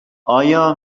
آیا